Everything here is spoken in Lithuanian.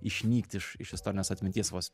išnykti iš iš istorinės atminties vos